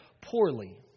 poorly